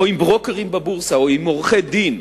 עם ברוקרים בבורסה, עם עורכי-דין,